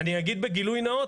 אגיד בגילוי נאות,